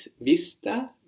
vista